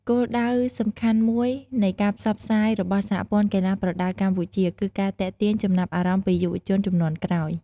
គោលដៅសំខាន់មួយនៃការផ្សព្វផ្សាយរបស់សហព័ន្ធកីឡាប្រដាល់កម្ពុជា គឺការទាក់ទាញចំណាប់អារម្មណ៍ពីយុវជនជំនាន់ក្រោយ។